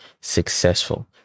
successful